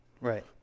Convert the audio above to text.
Right